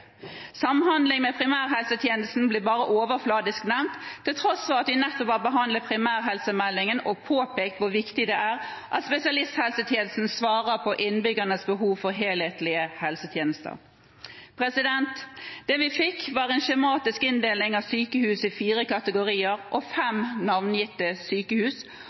Samhandling med primærhelsetjenesten blir bare overfladisk nevnt, til tross for at vi nettopp har behandlet primærhelsemeldingen og påpekt hvor viktig det er at spesialisthelsetjenesten svarer på innbyggernes behov for helhetlige helsetjenester. Det vi fikk, var en skjematisk inndeling av sykehus i fire kategorier og fem navngitte sykehus